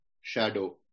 shadow